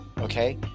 Okay